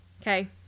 Okay